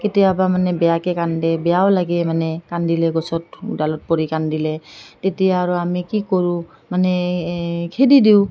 কেতিয়াবা মানে বেয়াকৈ কান্দে বেয়াও লাগে মানে কান্দিলে গছত ডালত পৰি কান্দিলে তেতিয়া আৰু আমি কি কৰোঁ মানে খেদি দিওঁ